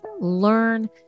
learn